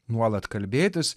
nuolat kalbėtis